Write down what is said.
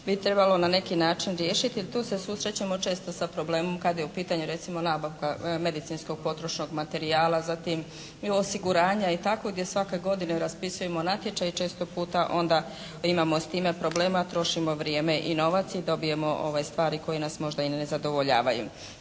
bi trebalo na neki način riješiti jer tu se susrećemo na često sa problemom kad je u pitanju recimo nabavka medicinskog potrošnog materijala, zatim osiguranja i tako gdje svake godine raspisujemo natječaje i često puta onda imamo s time problema, trošimo vrijeme i novac i dobijemo stvari koje nas možda i ne zadovoljavaju.